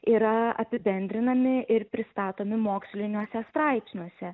yra apibendrinami ir pristatomi moksliniuose straipsniuose